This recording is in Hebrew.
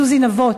סוזי נבות,